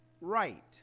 right